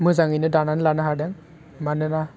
मोजाङैनो दानानै लानो हादों मानोना